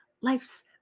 life's